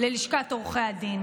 ללשכת עורכי הדין,